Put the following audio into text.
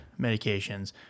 medications